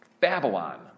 Babylon